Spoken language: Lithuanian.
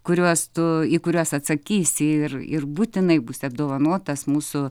kuriuos tu į kuriuos atsakysi ir ir būtinai būsi apdovanotas mūsų